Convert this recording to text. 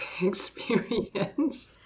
experience